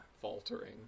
faltering